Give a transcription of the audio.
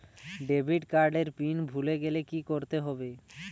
Debit card এর PIN ভুলে গেলে কি করতে হবে?